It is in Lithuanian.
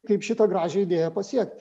kaip šitą gražią idėją pasiekti